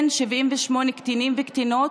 כן, 78 קטינים וקטינות